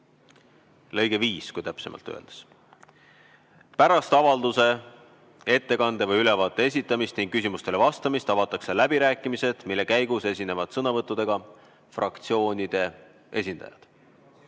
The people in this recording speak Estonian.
lõige 5, kui täpsemalt öelda, ütleb meile nii: "Pärast avalduse, ettekande või ülevaate esitamist ning küsimustele vastamist avatakse läbirääkimised, mille käigus esinevad sõnavõttudega fraktsioonide esindajad."